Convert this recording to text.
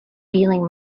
feeling